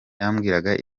yambwiraga